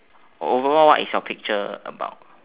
overall what is your picture about